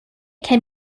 can